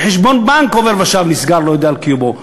שחשבון בנק עובר-ושב נסגר והוא לא יודע על קיומו,